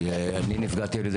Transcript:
היי, אני מתל אביב, נפגעתי על ידי